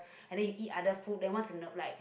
and then you eat other food then once in a like